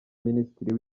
minisitiri